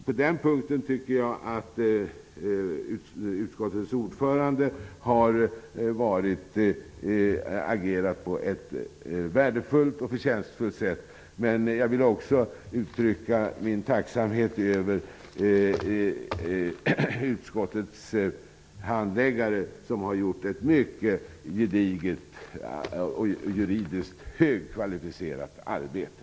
På den punkten tycker jag att utskottets ordförande har agerat på ett värdefullt och förtjänstfullt sätt. Jag vill också uttrycka min tacksamhet över utskottets handläggare, som har utfört ett mycket gediget och juridiskt högkvalificerat arbete.